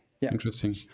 Interesting